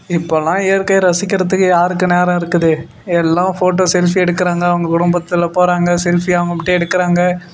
இப்போல்லாம் இயற்கையை ரசிக்கிறத்துக்கு யாருக்கு நேரம் இருக்குது எல்லாம் ஃபோட்டோ செல்ஃபி எடுக்குறாங்கள் அவங்க குடும்பத்தில் போகிறாங்க செல்ஃபி அவங்க மட்டும் எடுக்குறாங்கள்